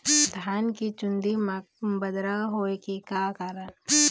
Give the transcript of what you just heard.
धान के चुन्दी मा बदरा होय के का कारण?